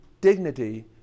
dignity